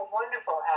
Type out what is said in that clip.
wonderful